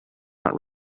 not